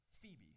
Phoebe